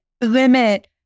limit